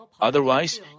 Otherwise